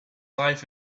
life